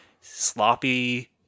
sloppy